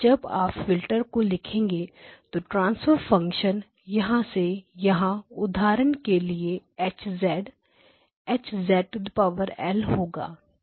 जब आप फिल्टर को लिखेंगे तो ट्रांसफर फंक्शन यहां से यहां उदाहरण के लिए H H होगा